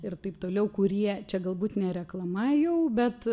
ir taip toliau kurie čia galbūt ne reklama jau bet